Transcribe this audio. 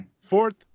Fourth